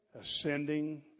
ascending